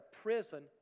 prison